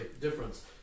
Difference